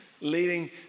leading